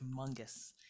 humongous